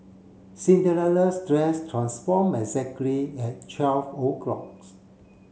Cinderella's dress transform exactly at twelve o'clocks